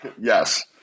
Yes